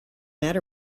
matter